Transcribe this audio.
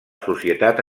societat